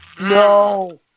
No